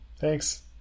Thanks